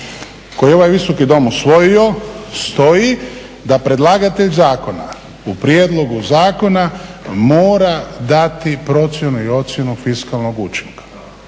koji je ovaj Visoki dom usvojio stoji da predlagatelj zakona u prijedlogu zakona mora dati procjenu i ocjenu fiskalnog učinka.